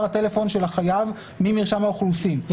הטלפון של חייב ממרשם האוכלוסין היא תקבל?